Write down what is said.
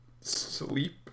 sleep